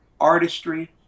artistry